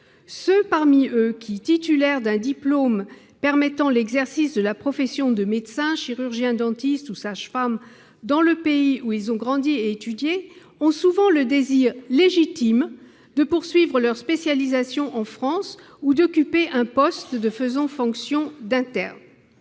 Parmi eux, les titulaires d'un diplôme permettant l'exercice de la profession de médecin, de chirurgien-dentiste ou de sage-femme dans le pays où ils ont grandi et étudié ont souvent le désir légitime de poursuivre leur spécialisation en France ou d'y occuper un poste de faisant fonction d'interne.